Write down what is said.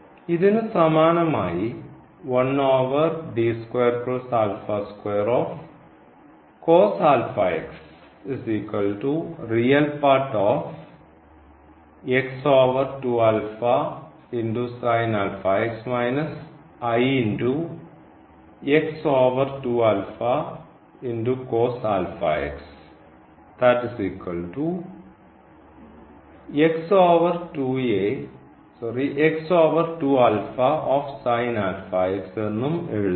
ഇതിനു സമാനമായി എന്നും എഴുതാം